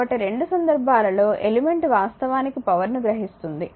కాబట్టి రెండు సందర్భాలలో ఎలిమెంట్ వాస్తవానికి పవర్ ను గ్రహిస్తుంది